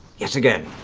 yet again!